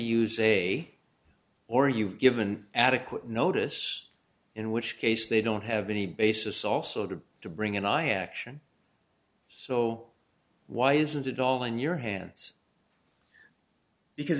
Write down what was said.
use a or you've given adequate notice in which case they don't have any basis also to to bring in i action so why isn't it all in your hands because